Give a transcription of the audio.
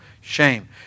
shame